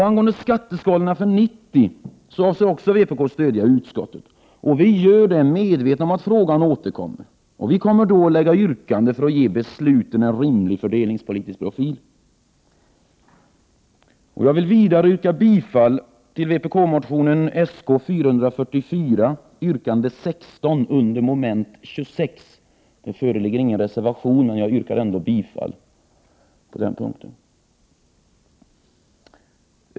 Angående skatteskalorna för 1990 avser vpk att stödja utskottet. Vi gör det, medvetna om att frågan återkommer. Vi kommer då att lägga fram yrkanden för att ge besluten en rimlig fördelningspolitisk profil. Jag yrkar vidare bifall till vpk-motionen Sk444, yrkande 16, under moment 26. Det föreligger ingen reservation på den punkten, så jag yrkar därför bifall till motionen.